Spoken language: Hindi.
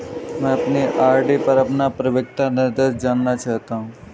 मैं अपनी आर.डी पर अपना परिपक्वता निर्देश जानना चाहता हूँ